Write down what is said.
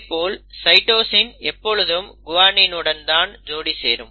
அதேபோல சைட்டோசின் எப்பொழுதும் குவானினுடன் தான் ஜோடி சேரும்